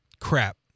crap